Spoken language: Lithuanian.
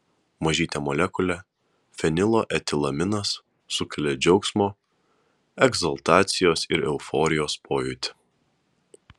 mažytė molekulė fenilo etilaminas sukelia džiaugsmo egzaltacijos ir euforijos pojūtį